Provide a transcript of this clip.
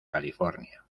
california